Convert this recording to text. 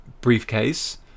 briefcase